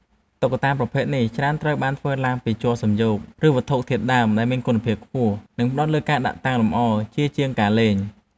តុក្កតាប្រភេទនេះច្រើនតែត្រូវបានធ្វើឡើងពីជ័រសំយោគ ឬវត្ថុធាតុដើម ដែលមានគុណភាពខ្ពស់ និងផ្ដោតលើការដាក់តាំងលម្អជាជាងការលេង។